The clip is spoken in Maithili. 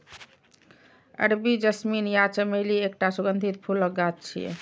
अरबी जैस्मीन या चमेली एकटा सुगंधित फूलक गाछ छियै